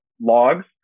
logs